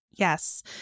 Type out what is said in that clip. Yes